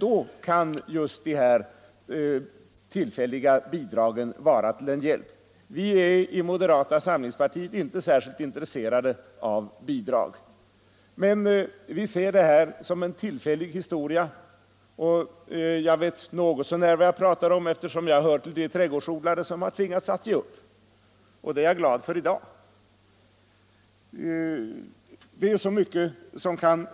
Då kan just det tillfälliga bidraget vara till hjälp. Inom moderata samlingspartiet är vi inte särskilt intresserade av bidrag. Men vi ser detta såsom en tillfällig historia och där kan bidrag vara till hjälp. Jag vet något så när vad jag pratar om, eftersom jag hör till de trädgårdsodlare som har tvingats ge upp. Det är jag glad för i dag. Mycket kan